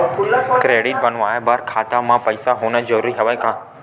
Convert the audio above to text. Credit बनवाय बर खाता म पईसा होना जरूरी हवय का?